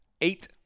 eight